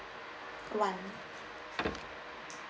one